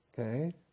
Okay